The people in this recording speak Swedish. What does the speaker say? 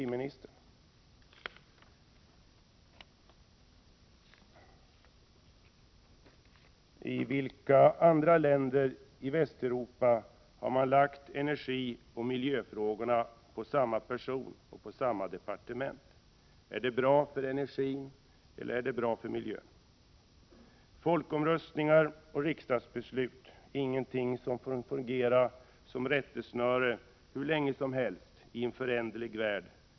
I vilka andra länder i Västeuropa har man lagt energioch miljöfrågorna på en och samma person och på samma departement? Är det bra för energin? Är det bra för miljön? Folkomröstningar och riksdagsbeslut är ingenting som får fungera som rättesnöre hur länge som helst i en föränderlig värld.